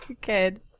good